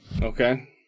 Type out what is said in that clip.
Okay